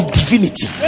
divinity